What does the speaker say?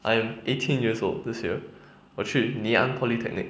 I am eighteen years old this year 我是 ngee ann polytechnic